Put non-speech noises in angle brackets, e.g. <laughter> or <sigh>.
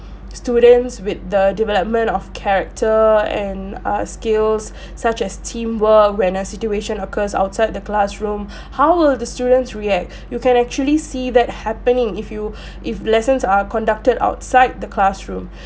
students with the development of character and err skills <breath> such as teamwork when a situation occurs outside the classroom <breath> how will the students react <breath> you can actually see that happening if you <breath> if lessons are conducted outside the classroom